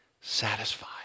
satisfied